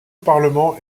parlement